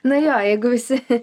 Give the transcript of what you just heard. na jo jeigu visi